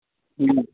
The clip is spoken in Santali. ᱦᱮᱸ